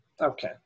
Okay